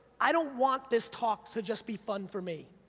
i don't want this talk to just be fun for me.